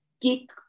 geek